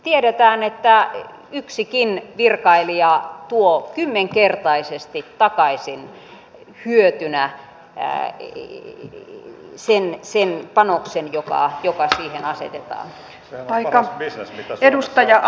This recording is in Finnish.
tiedetään että yksikin virkailija tuo kymmenkertaisesti takaisin hyötynä sen panoksen joka siihen asetetaan